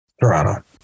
Toronto